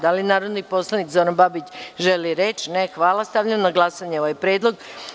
Da li narodni poslanik Zoran Babić želi reč? (Ne.) Stavljam na glasanje ovaj predlog.